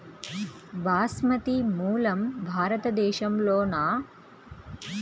బాస్మతి మూలం భారతదేశంలోనా?